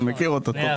אני מכיר אותה היטב.